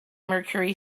mercury